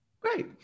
great